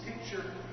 picture